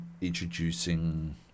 introducing